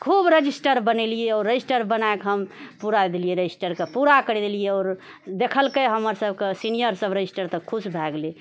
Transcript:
खूब रजिस्टर बनेलिऐ आओर रजिस्टर बनाके हम पुरा देलिऐ रजिस्टरके पूरा करि देलिऐ आओर देखलकै हमर सभके सीनिअर सभ रजिस्टर तऽ खुश भए गेलै